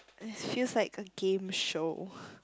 it feels like a game show